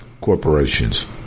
corporations